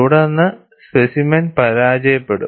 തുടർന്ന് സ്പെസിമെൻ പരാജയപ്പെടും